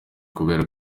kubera